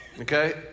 okay